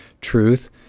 truth